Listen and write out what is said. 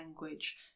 language